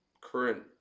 current